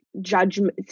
judgment